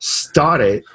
started